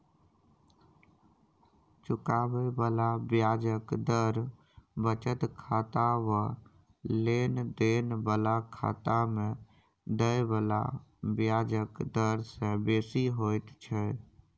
चुकाबे बला ब्याजक दर बचत खाता वा लेन देन बला खाता में देय बला ब्याजक डर से बेसी होइत छै